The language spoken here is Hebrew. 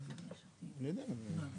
זה נראה לך